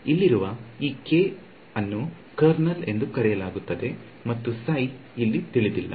ಇಲ್ಲಿರುವ ಈ K ಅನ್ನು ಕರ್ನಲ್ ಎಂದು ಕರೆಯಲಾಗುತ್ತದೆ ಈ ಇಲ್ಲಿ ತಿಳಿದಿಲ್ಲ